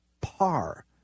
par